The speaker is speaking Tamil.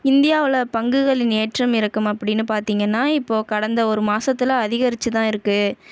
இந்தியாவில் பங்குகளின் ஏற்றம் இறக்கம் அப்படின்னு பார்த்திங்கன்னா இப்போ கடந்த ஒரு மாசத்தில் அதிகரித்து தான் இருக்குது